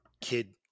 Kid